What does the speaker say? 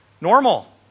normal